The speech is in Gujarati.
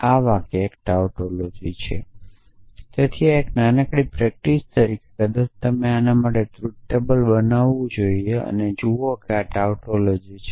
આ વાક્ય એક ટાઉટોલોજી છે તેથી એક નાનકડી પ્રેક્ટિસ તરીકે કદાચ તમારે આ માટે ટ્રુથ ટેબલ બનાવવું જોઈએ અને જુઓ કે આ ટાઉટોલોજી છે